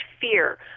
fear